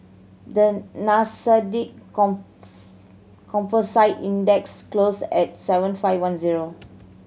the Nasdaq Composite Index closed at seven five one zero